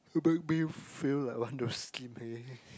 make me feel like want to sleep leh